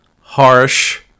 harsh